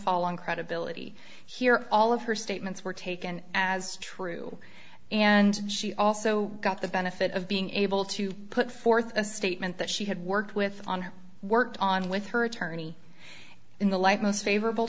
fall on credibility here all of her statements were taken as true and she also got the benefit of being able to put forth a statement that she had worked with on worked on with her attorney in the light most favorable